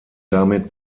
damit